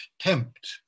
tempt